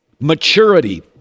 Maturity